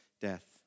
death